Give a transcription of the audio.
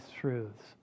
truths